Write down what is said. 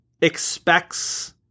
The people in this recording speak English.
expects